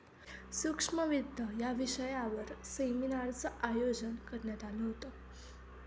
सूक्ष्म वित्त या विषयावर आज सेमिनारचं आयोजन करण्यात आलं होतं